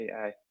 AI